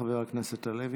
בבקשה, חבר הכנסת הלוי.